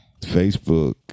Facebook